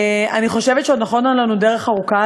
אני חושבת שעוד נכונה לנו דרך ארוכה.